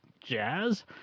jazz